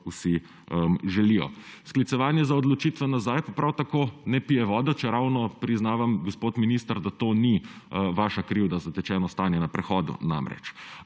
vsi želijo. Sklicevanje na odločitve za nazaj pa prav tako ne pije vode, čeravno priznavam, gospod minister, da to ni vaša krivda – za zatečeno stanje na prehodu namreč.